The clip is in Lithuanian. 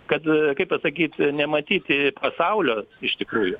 kad kaip pasakyt nematyti pasaulio iš tikrųjų